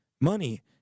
Money